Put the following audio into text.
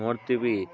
ನೊಡ್ತೀವಿ